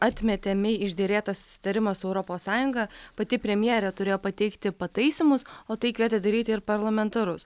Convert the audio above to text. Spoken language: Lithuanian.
atmetė mei išderėtą susitarimą su europos sąjunga pati premjerė turėjo pateikti pataisymus o tai kvietė daryti ir parlamentarus